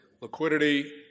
liquidity